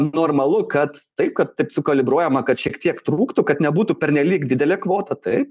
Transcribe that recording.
normalu kad taip kad taip su kalibruojama kad šiek tiek trūktų kad nebūtų pernelyg didelė kvota taip